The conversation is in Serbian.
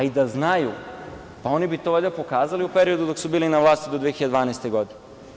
I da znaju, oni bi to valjda pokazali u periodu dok su bili na vlasti do 2012. godine.